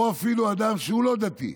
או אפילו אדם שהוא לא דתי,